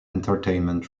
entertainment